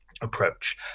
approach